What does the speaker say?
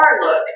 look